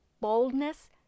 boldness